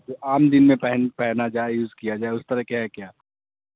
جو عام دن میں پہن پہنا جائے یوز کیا جائے اس طرح کی ہے کیا